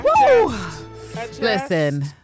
listen